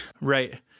Right